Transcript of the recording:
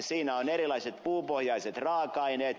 siinä on erilaiset puupohjaiset raaka aineet